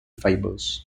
fibers